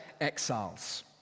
exiles